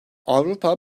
avrupa